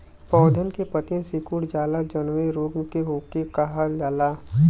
पौधन के पतयी सीकुड़ जाला जवने रोग में वोके का कहल जाला?